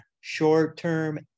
short-term